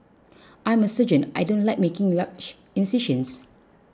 I'm a surgeon I don't like making large incisions